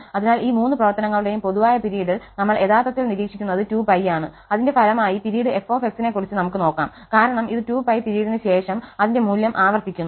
അതിനാൽ ഈ മൂന്ന് പ്രവർത്തനങ്ങളുടെയും പൊതുവായ പിരീഡിൽ നമ്മൾ യഥാർത്ഥത്തിൽ നിരീക്ഷിക്കുന്നത് 2π ആണ് അതിന്റെ ഫലമായി പിരീഡ് f നെ കുറിച് നമുക്ക് നോക്കാം കാരണം ഇത് 2π പിരീഡിന് ശേഷം അതിന്റെ മൂല്യം ആവർത്തിക്കുന്നു